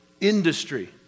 industry